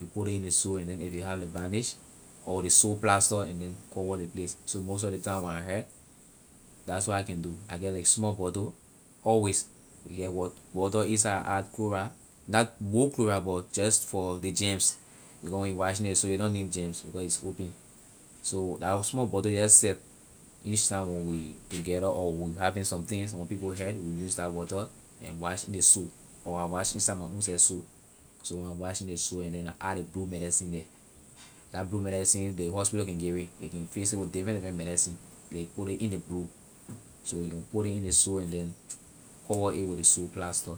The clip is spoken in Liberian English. you put ley in ley sore if you have lay banish or sore plaster and then cover ley place so most of ley time when I hurt that's what I can do I get like small bottle always you get water in side I add chloride not more chloride but just for the gems because when you washing ley sore you don't need gems because is open so la small bottle just set each time when we together or we having somethings when people hurt we use la water and wash in ley sore or I wash in side my ownself sore so when I wash in ley sore and then I add blue medicine the la blue medicine ley hospital can give it ley can fix it with different different mecidine ley put it in ley blue so ley can put ley in ley sore and then cover it with ley sore plaster